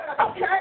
Okay